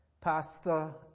Pastor